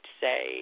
say